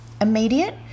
Immediate